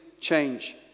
change